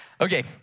Okay